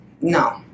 no